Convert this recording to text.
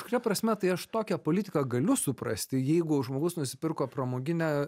šia prasme tai aš tokią politiką galiu suprasti jeigu žmogus nusipirko pramoginę